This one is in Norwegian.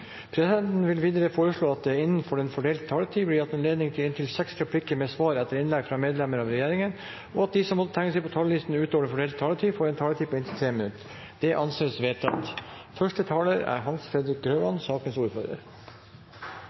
vil presidenten foreslå at det blir gitt anledning til replikkordskifte på inntil seks replikker med svar etter innlegg fra medlemmer av regjeringen innenfor den fordelte taletid, og at de som måtte tegne seg på talerlisten utover den fordelte taletid, får en taletid på inntil 3 minutter. – Det anses vedtatt.